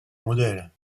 modèle